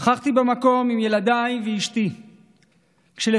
נכחתי במקום עם ילדיי ואשתי כשלפתע